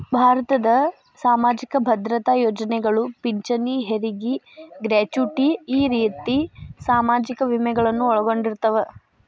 ಭಾರತದ್ ಸಾಮಾಜಿಕ ಭದ್ರತಾ ಯೋಜನೆಗಳು ಪಿಂಚಣಿ ಹೆರಗಿ ಗ್ರಾಚುಟಿ ಈ ರೇತಿ ಸಾಮಾಜಿಕ ವಿಮೆಗಳನ್ನು ಒಳಗೊಂಡಿರ್ತವ